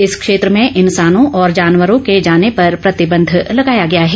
इस क्षेत्र में इन्सानों और जानवरों के ँजाने पर प्रतिबंध लगाया गया है